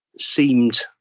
seemed